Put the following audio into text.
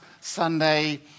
Sunday